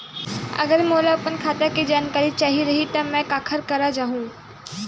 अगर मोला अपन खाता के जानकारी चाही रहि त मैं काखर करा जाहु?